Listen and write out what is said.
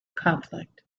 conflict